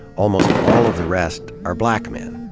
almost all of the rest are black men.